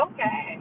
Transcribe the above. Okay